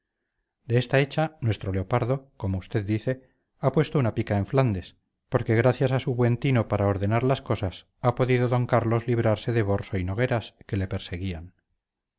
de esta hecha nuestro leopardo como usted dice ha puesto una pica en flandes porque gracias a su buen tino para ordenar las cosas ha podido don carlos librarse de borso y nogueras que le perseguían